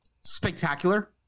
spectacular